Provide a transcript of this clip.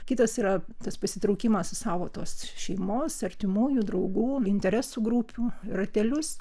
kitas yra tas pasitraukimas išsaugotos šeimos artimųjų draugų interesų grupių ratelius